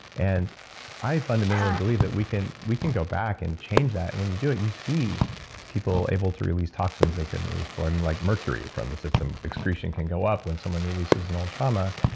and i fundamentally believe that we can we can go back and change that. when you do it, you see people able to release toxins they couldn't release before, like mercury from the system. excretion can go up when someone releases an old trauma.